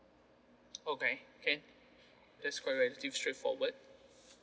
okay can that's quite relative straightforward